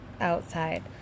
outside